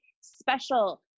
special